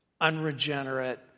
unregenerate